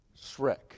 Shrek